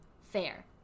Fair